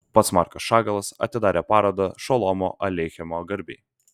pats markas šagalas atidarė parodą šolomo aleichemo garbei